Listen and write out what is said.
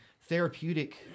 therapeutic